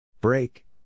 Break